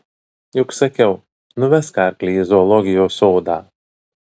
juk sakiau nuvesk arklį į zoologijos sodą